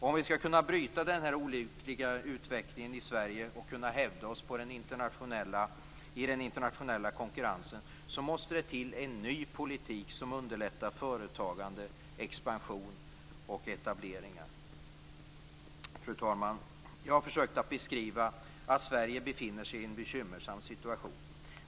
Om vi skall kunna bryta denna olyckliga utveckling i Sverige och hävda oss i den internationella konkurrensen måste det till en ny politik som underlättar företagande, expansion och etableringar. Fru talman! Jag har försökt beskriva att Sverige befinner sig i en bekymmersam situation.